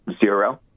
Zero